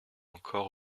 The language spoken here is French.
encore